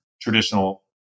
traditional